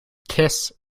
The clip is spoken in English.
kiss